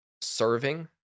serving